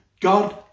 god